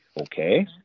Okay